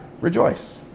Rejoice